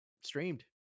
streamed